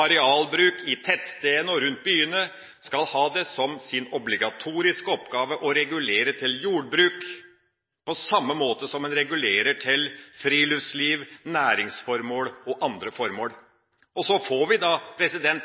arealbruk i tettstedene og rundt byene, skal ha det som sin obligatoriske oppgave å regulere til jordbruk på samme måte som en regulerer til friluftsliv, næringsformål og andre formål. Så får vi da